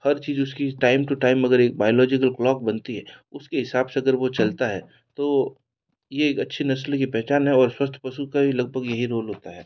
हर चीज उसकी time to time अगर एक बाइलाजिकल क्लॉक बनती है उसके हिसाब से अगर वह चलता है तो यह एक अच्छी नस्ल की पहचान है और स्वस्थ पशु का ही लगभग यही रोल होता है